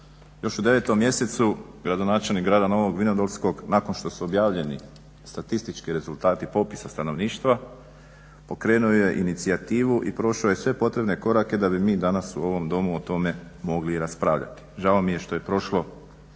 Još u 9. mjesecu gradonačelnik grada Novog Vinodolskog nakon što su objavljeni statistički rezultati popisa stanovništva pokrenuo je inicijativu i prošao je sve potrebne korake da bi mi danas u ovom Domu o tome mogli i raspravljati. Žao mi je što je prošlo